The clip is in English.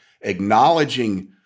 acknowledging